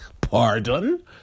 Pardon